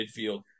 midfield